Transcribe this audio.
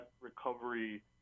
recovery